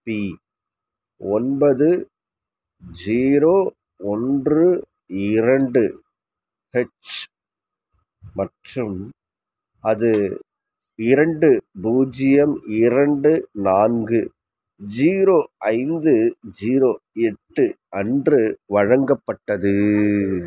B ஒன்பது zero ஒன்று இரண்டு ஹெச் மற்றும் அது இரண்டு பூஜ்ஜியம் இரண்டு நான்கு ஜீரோ ஐந்து ஜீரோ எட்டு அன்று வழங்கப்பட்டது